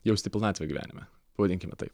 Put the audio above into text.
jausti pilnatvę gyvenime pavadinkime taip